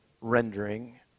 rendering